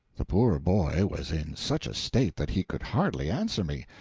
the poor boy was in such a state that he could hardly answer me.